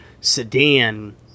sedan